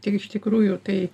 tik iš tikrųjų tai